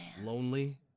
Lonely